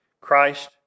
Christ